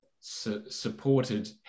supported